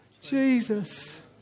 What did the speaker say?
Jesus